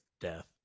death